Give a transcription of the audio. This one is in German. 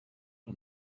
und